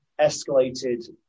escalated